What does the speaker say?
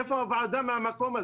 איפה הוועדה במקום הזה?